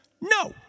No